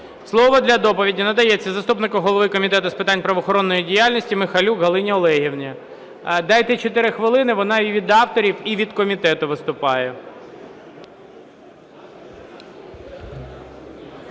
Слово для доповіді надається заступнику голови Комітету з питань правоохоронної діяльності Михайлюк Галині Олегівні. Дайте чотири хвилини, вона від авторів і від комітету виступає.